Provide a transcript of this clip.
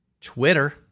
Twitter